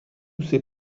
ces